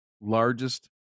largest